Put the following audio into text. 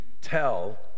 tell